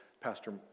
Pastor